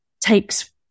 takes